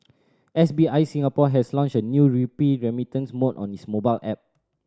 S B I Singapore has launched a new rupee remittance mode on its mobile app